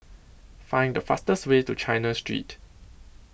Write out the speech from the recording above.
Find The fastest Way to China Street